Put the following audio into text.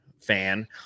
fan